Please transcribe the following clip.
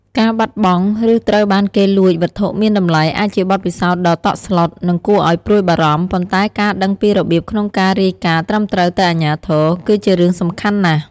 ការបាត់បង់ ឬត្រូវបានគេលួចវត្ថុមានតម្លៃ អាចជាបទពិសោធន៍ដ៏តក់ស្លុត និងគួរឲ្យព្រួយបារម្ភ ប៉ុន្តែការដឹងពីរបៀបក្នុងការរាយការណ៍ត្រឹមត្រូវទៅអាជ្ញាធរ គឺជារឿងសំខាន់ណាស់។